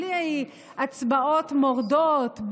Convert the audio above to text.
בלי הצבעות מורדות,